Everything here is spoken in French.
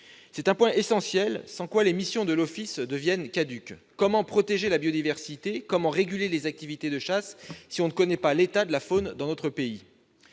d'un point essentiel. À défaut, les missions de l'office deviennent caduques. Comment protéger la biodiversité, comment réguler les activités de chasse, si l'on ne connaît pas l'état de la faune dans notre pays ?